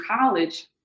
college